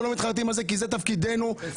לא מתחרטים על זה כי זה תפקידנו הציבורי,